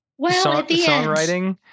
songwriting